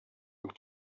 und